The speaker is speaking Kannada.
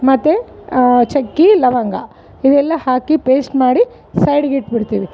ಮತ್ತು ಚಕ್ಕೆ ಲವಂಗ ಇವೆಲ್ಲ ಹಾಕಿ ಪೇಸ್ಟ್ ಮಾಡಿ ಸೈಡಿಗೆ ಇಟ್ಟುಬಿಡ್ತೀವಿ